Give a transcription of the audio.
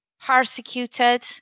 persecuted